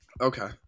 Okay